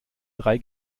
drei